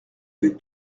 que